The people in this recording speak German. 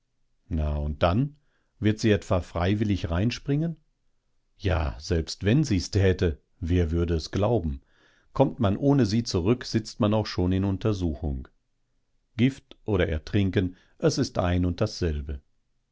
na und dann wird sie etwa freiwillig reinspringen ja selbst wenn sie's täte wer würde es glauben kommt man ohne sie zurück sitzt man auch schon in untersuchung gift oder ertrinken es ist ein und dasselbe